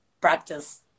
practice